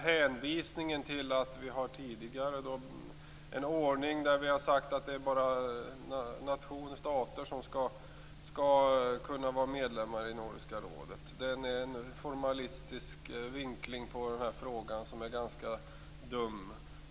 Hänvisningen till att vi har en ordning som säger att bara stater skall kunna vara medlemmar i Nordiska rådet är en formalistisk vinkling på frågan som är ganska dum.